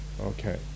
Okay